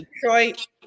Detroit